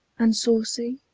and saucy,